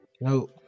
No